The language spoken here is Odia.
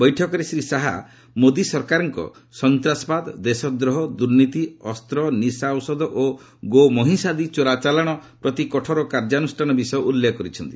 ବୈଠକରେ ଶ୍ରୀ ଶାହା ମୋଦୀ ସରକାରଙ୍କ ସନ୍ତାସବାଦ ଦେଶଦ୍ରୋହ ଦୁର୍ନୀତି ଅସ୍ତ୍ର ନିଶା ଔଷଧ ଓ ଗୋମହିଷାଦି ଚୋରାଚାଲାଣ ପ୍ରତି କଠୋର କାର୍ଯ୍ୟାନୁଷ୍ଠାନ ବିଷୟ ଉଲ୍ଲେଖ କରିଛନ୍ତି